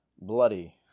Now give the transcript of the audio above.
Bloody